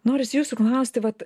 norisi jūsų klausti vat